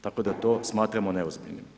Tako da to smatramo neozbiljnim.